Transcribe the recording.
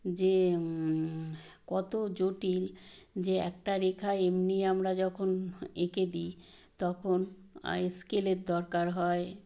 যে কত জটিল যে একটা রেখা এমনি আমরা যখন এঁকে দিই তখন স্কেলের দরকার হয়